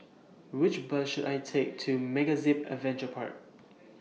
Which Bus should I Take to MegaZip Adventure Park